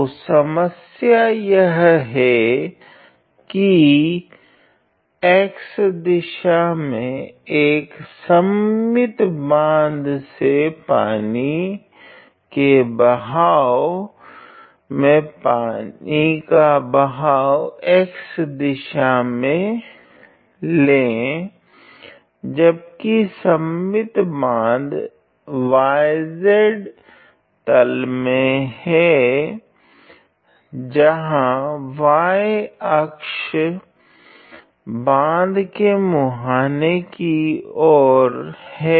तो समस्या यह है की x दिशा में एक सममित बांध से पानी के बहाव को में पानी का बहाव x दिशा में लें जबकि सममित बांध y z तल में है जहाँ y अक्ष बाँध के मुहाने की और है